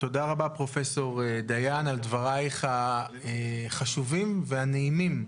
פרופ' דיין, תודה רבה על דברייך החשובים והנעימים.